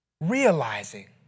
Realizing